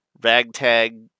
ragtag